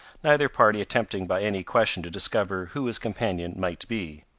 neither party attempting by any question to discover who his companion might be.